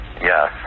Yes